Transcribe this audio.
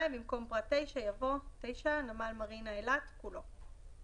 במקום פרט (9) יבוא: "(9) נמל מרינה אילת, כולו,".